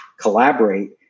collaborate